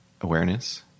awareness